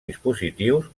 dispositius